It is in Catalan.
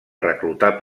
reclutar